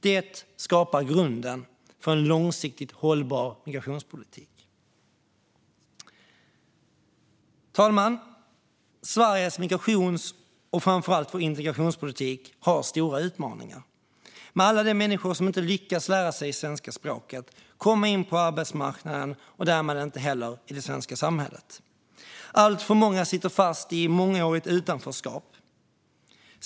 Det skapar grunden för en långsiktigt hållbar migrationspolitik. Fru talman! Sveriges migrationspolitik och, framför allt, integrationspolitik har stora utmaningar med alla de människor som inte lyckas lära sig svenska språket eller komma in på arbetsmarknaden och därmed inte heller i det svenska samhället. Alltför många sitter fast i ett mångårigt utanförskap.